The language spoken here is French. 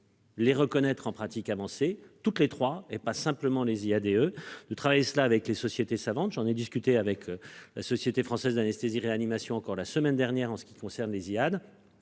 Les reconnaître en pratique avancée toutes les trois et pas simplement les IADE de travail cela avec les sociétés savantes, j'en ai discuté avec la société française d'anesthésie-réanimation encore la semaine dernière en ce qui concerne les Ziad.